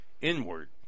inward